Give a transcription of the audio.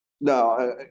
no